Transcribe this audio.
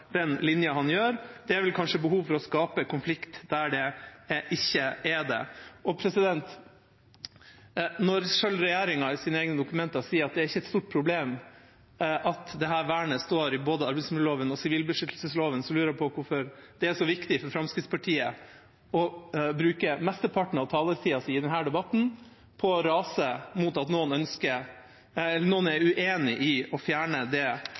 den linja de gjør. Det er kanskje et behov for å skape konflikt der det ikke er det. Når selv regjeringa i sine egne dokumenter sier at det ikke er et stort problem at dette vernet står både i arbeidsmiljøloven og i sivilbeskyttelsesloven, lurer jeg på hvorfor det er så viktig for Fremskrittspartiet å bruke mesteparten av taletida si i denne debatten på å rase mot at noen er uenig i å fjerne det